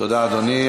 תודה, אדוני.